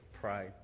pray